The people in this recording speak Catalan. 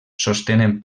sostenen